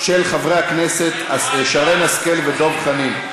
של חברי הכנסת שרן השכל ודב חנין.